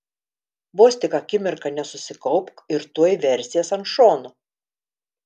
vos tik akimirką nesusikaupk ir tuoj versiesi ant šono